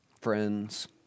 friends